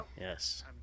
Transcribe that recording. Yes